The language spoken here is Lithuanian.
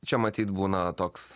čia matyt būna toks